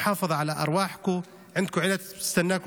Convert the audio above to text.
שיעור ההרוגים שווה בתאונות